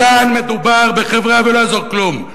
כאן מדובר, ולא יעזור כלום,